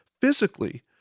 physically